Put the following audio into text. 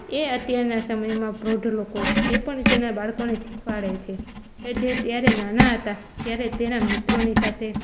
એ અત્યારનાં સમયમાં પ્રૌઢ લોકો એ પણ તેનાં બાળકોને શીખવાડે છે કે જે ત્યારે નાનાં હતાં ત્યારે તેનાં મિત્રોની સાથે